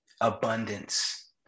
abundance